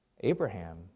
Abraham